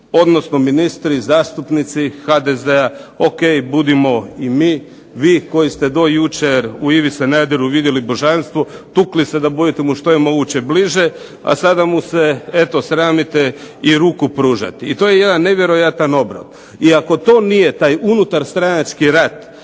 odnosno ministri, zastupnici HDZ-a. Ok, budimo i mi, vi koji ste do jučer u Ivi Sanaderu vidjeli božanstvo, tukli ste da budete mu što je moguće bliže, a sada mu se eto sramite i ruku pružati. I to je jedan nevjerojatan obrat. I ako to nije taj unutar stranački rat